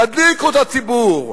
תדליקו את הציבור,